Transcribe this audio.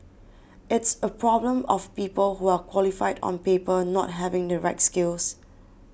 it's a problem of people who are qualified on paper not having the right skills